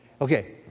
Okay